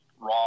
Raw